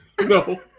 No